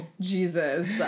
Jesus